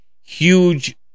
huge